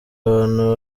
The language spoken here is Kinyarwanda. abantu